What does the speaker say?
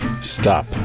Stop